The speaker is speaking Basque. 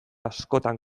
askotan